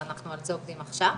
על זה אנחנו עובדים עכשיו.